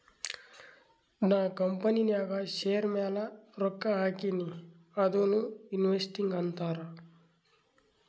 ನಾ ಕಂಪನಿನಾಗ್ ಶೇರ್ ಮ್ಯಾಲ ರೊಕ್ಕಾ ಹಾಕಿನಿ ಅದುನೂ ಇನ್ವೆಸ್ಟಿಂಗ್ ಅಂತಾರ್